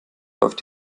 läuft